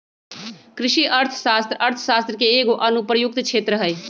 कृषि अर्थशास्त्र अर्थशास्त्र के एगो अनुप्रयुक्त क्षेत्र हइ